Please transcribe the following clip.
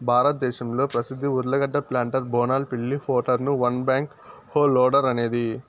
భారతదేశంలో ప్రసిద్ధ ఉర్లగడ్డ ప్లాంటర్ బోనాల్ పిల్లి four two one backhoe loader అనేది